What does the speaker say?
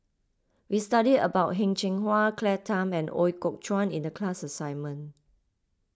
we studied about Heng Cheng Hwa Claire Tham and Ooi Kok Chuen in the class assignment